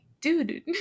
dude